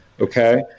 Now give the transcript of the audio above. Okay